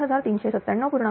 9kVA